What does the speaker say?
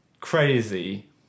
Crazy